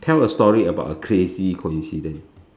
tell a story about a crazy coincidence